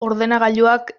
ordenagailuak